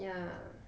ya